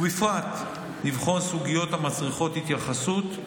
ובפרט לבחון סוגיות המצריכות התייחסות,